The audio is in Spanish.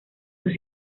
sus